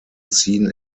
seen